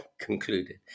concluded